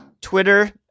Twitter